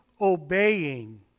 obeying